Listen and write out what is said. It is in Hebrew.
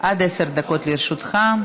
עד עשר דקות לרשותך.